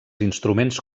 instruments